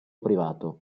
privato